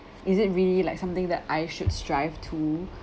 is it really like something that I should strive too